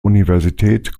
universität